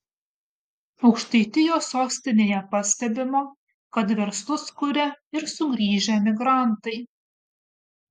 aukštaitijos sostinėje pastebima kad verslus kuria ir sugrįžę emigrantai